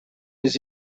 les